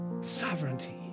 sovereignty